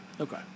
Okay